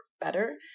better